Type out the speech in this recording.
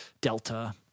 Delta